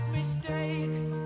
mistakes